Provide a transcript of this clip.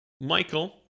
Michael